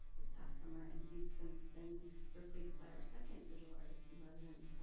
this past summer. and he's since been replaced by our second visual artist in residence,